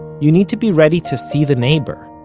you need to be ready to see the neighbor,